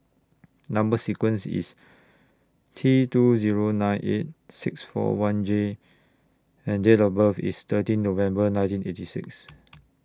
Number sequence IS T two Zero nine eight six four one J and Date of birth IS thirteen November nineteen eighty six